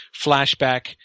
flashback